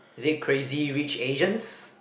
is it Crazy-Rich-Asians